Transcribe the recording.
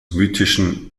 mythischen